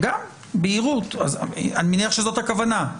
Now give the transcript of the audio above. אני מניח שזאת הכוונה.